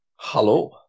Hello